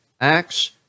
Acts